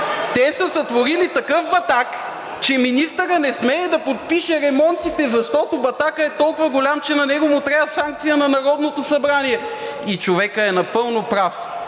са сътворили такъв батак, че министърът не смее да подпише ремонтите, защото батакът е толкова голям, че на него му трябва санкция на Народното събрание. И човекът е напълно прав!